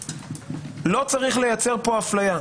לא צריך לייצר פה אפליה,